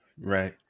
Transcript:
Right